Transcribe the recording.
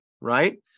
right